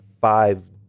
five